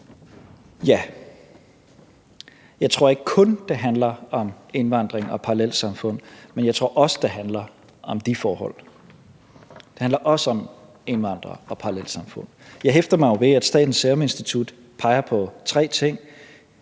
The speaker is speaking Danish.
Ja. Jeg tror ikke kun det handler om indvandring og parallelsamfund, men jeg tror også, det handler om de forhold. Det handler også om indvandrere og parallelsamfund. Jeg hæfter mig jo ved, at Statens Serum Institut peger på nogle ting,